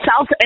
South